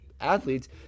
athletes